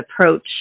approach